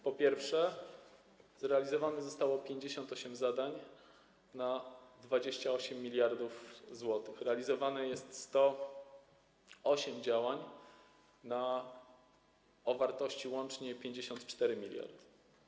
Po pierwsze, zrealizowanych zostało 58 zadań o wartości 28 mld zł, realizowane jest 108 działań o wartości łącznie 54 mld.